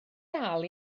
dal